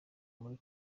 buri